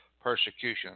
persecution